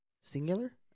singular